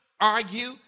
argue